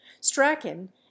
strachan